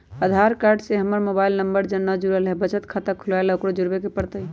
आधार card से हमर mobile number न जुरल है त बचत खाता खुलवा ला उकरो जुड़बे के पड़तई?